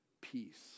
peace